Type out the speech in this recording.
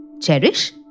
Cherish